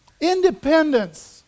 Independence